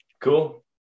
Cool